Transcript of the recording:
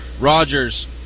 Rogers